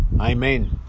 amen